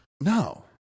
No